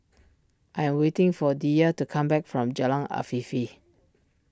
I am waiting for Diya to come back from Jalan Afifi